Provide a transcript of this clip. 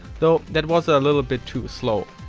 though that was a little bit too slow.